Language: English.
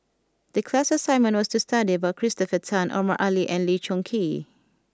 the class assignment was to study about Christopher Tan Omar Ali and Lee Choon Kee